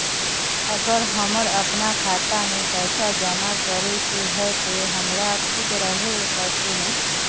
अगर हमर अपना खाता में पैसा जमा करे के है ते हमरा खुद रहे पड़ते ने?